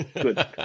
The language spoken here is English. good